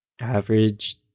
average